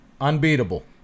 Unbeatable